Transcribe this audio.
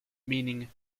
meaning